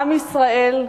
עם ישראל,